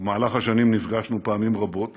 במהלך השנים נפגשנו פעמים רבות,